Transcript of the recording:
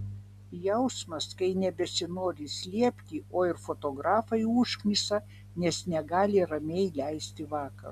jausmas kai nebesinori slėpti o ir fotografai užknisa nes negali ramiai leisti vakaro